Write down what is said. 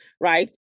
right